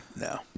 No